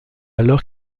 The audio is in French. alors